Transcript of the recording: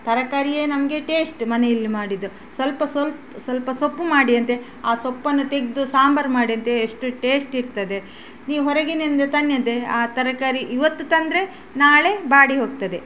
ಆ ತರಕಾರಿಯೇ ನಮಗೆ ಟೇಶ್ಟ್ ಮನೆಯಲ್ಲಿ ಮಾಡಿದ್ದು ಸ್ವಲ್ಪ ಸ್ವಲ್ಪ ಸ್ವಲ್ಪ ಸೊಪ್ಪು ಮಾಡಿಯಂತೆ ಆ ಸೊಪ್ಪನ್ನು ತೆಗೆದು ಸಾಂಬಾರು ಮಾಡಿ ಅಂತೆ ಎಷ್ಟು ಟೇಶ್ಟ್ ಇರ್ತದೆ ನೀವು ಹೊರಗಿನಿಂದ ತನ್ನಿ ಅಂತೆ ಆ ತರಕಾರಿ ಇವತ್ತು ತಂದರೆ ನಾಳೆ ಬಾಡಿ ಹೋಗ್ತದೆ